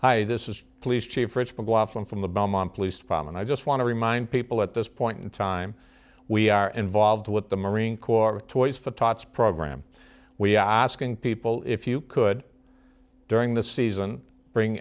hi this is police chief principal blossom from the belmont police firemen i just want to remind people at this point in time we are involved with the marine corps toys for tots program we are asking people if you could during the season bring